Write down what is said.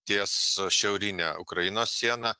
ties šiaurine ukrainos siena